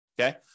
okay